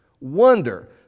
wonder